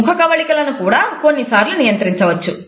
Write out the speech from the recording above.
ముఖకవళికలను కూడా కొన్నిసార్లు నియంత్రించవచ్చు